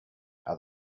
are